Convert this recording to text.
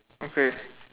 okay